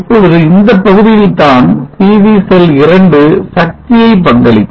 இப்பொழுது இந்தப் பகுதியில்தான் PV செல் 2 சக்தியை பங்களிக்கும்